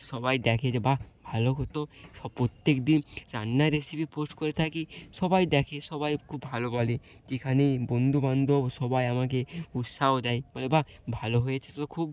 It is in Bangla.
সবাই দেখে যে বাহ ভালো হতো সব প্রত্যেক দিন রান্নার রেসিপি পোস্ট করে থাকি সবাই দেখে সবাই খুব ভালো বলে যেখানেই বন্ধু বান্ধব সবাই আমাকে উৎসাহ দেয় বলে বাহ ভালো হয়েছে তো খুব